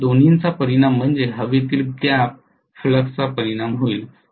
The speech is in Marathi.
या दोन्हींचा परिणाम म्हणजे हवेतील गॅप फ्लक्स चा परिणाम होईल